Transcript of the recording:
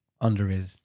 Underrated